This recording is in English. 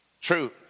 True